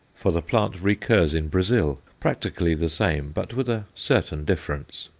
for the plant recurs in brazil, practically the same, but with a certain difference.